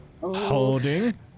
Holding